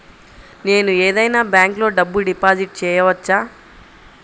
నేను ఏదైనా బ్యాంక్లో డబ్బు డిపాజిట్ చేయవచ్చా?